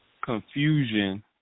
confusion